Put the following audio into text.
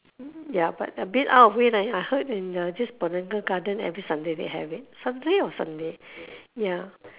ya but abit out of way leh I heard in just botanical garden every sunday they have it saturday or sunday ya